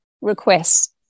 requests